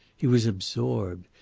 he was absorbed.